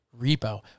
repo